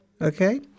okay